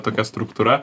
tokia struktūra